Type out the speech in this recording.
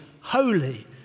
holy